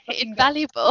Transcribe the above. Invaluable